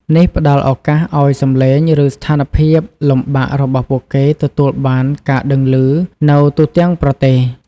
នេះផ្តល់ឱកាសឱ្យសំឡេង ឬ ស្ថានភាពលំបាករបស់ពួកគេទទួលបានការដឹងឮ នៅទូទាំងប្រទេស។